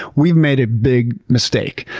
we've made a big mistake.